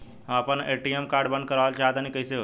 हम आपन ATM card बंद करावल चाह तनि कइसे होई?